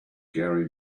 gary